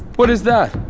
what is that?